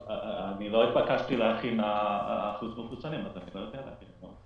אני לא התבקשתי להכין את אחוז המחוסנים אז אני לא יודע להגיד לך.